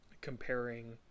comparing